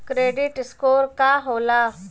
Credit score का होला?